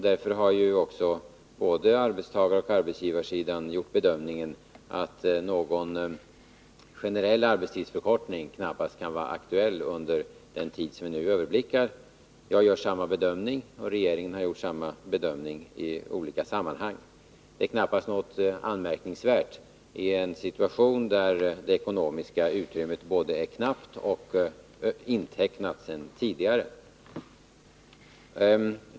Därför har både arbetstagaroch arbetsgivarsidan gjort bedömningen att någon generell arbetstidsförkortning knappast kan vara aktuell under den tid som vi nu överblickar. Jag och hela regeringen gör samma bedömning i olika sammanhang. Det är knappast något anmärkningsvärt i en situation där det ekonomiska utrymmet är knappt och redan intecknat.